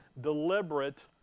deliberate